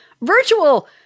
virtual